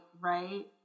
right